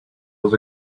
was